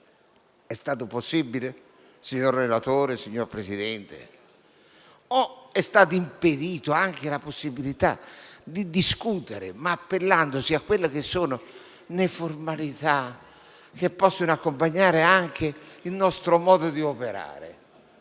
È stato possibile farlo, signor relatore, signor Presidente, o è stata impedita anche la possibilità di discutere appellandosi alle formalità che possono accompagnare anche il nostro modo di operare?